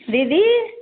दीदी